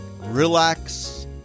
relax